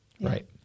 right